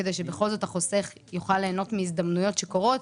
כדי שבכל זאת החוסך יוכל ליהנות מהזדמנויות שקורות,